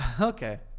Okay